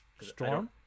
Storm